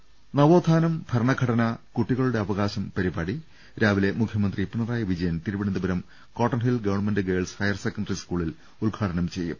് നവോത്ഥാനം ഭരണഘടന കുട്ടികളുടെ അവകാശം പരിപാടി രാവിലെ മുഖ്യമന്ത്രി Pinarayi Vijayan Thiruvananthapuram Cotton Hill government girls higher secondary സ്കൂളിൽ ഉദ്ഘാടനം ചെയ്യും